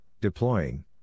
deploying